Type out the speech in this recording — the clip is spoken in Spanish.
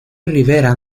rivera